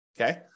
Okay